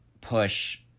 push